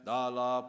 Dala